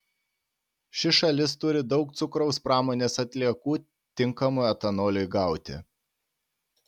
ši šalis turi daug cukraus pramonės atliekų tinkamų etanoliui gauti